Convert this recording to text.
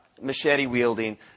machete-wielding